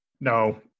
no